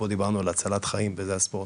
דיברנו על הצלת חיים וזה הספורט,